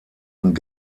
und